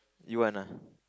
you want ah